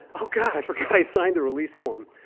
oh god i forgot i signed the release form!